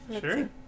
Sure